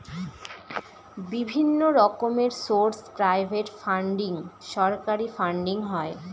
বিভিন্ন রকমের source private funding, সরকারি ফান্ডিং হয়